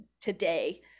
today